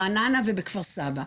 ברעננה ובכפר סבא.